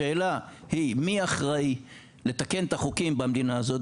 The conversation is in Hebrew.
השאלה היא מי אחראי לתקן את החוקים במדינה הזאת